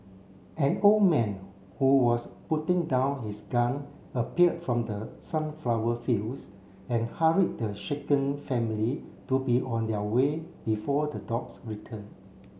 an old man who was putting down his gun appeared from the sunflower fields and hurried the shaken family to be on their way before the dogs return